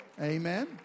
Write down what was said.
Amen